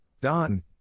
Don